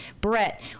Brett